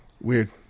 Weird